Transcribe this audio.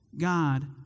God